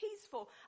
peaceful